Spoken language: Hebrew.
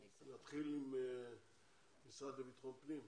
נתחיל עם המשרד לבטחון פנים.